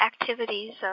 activities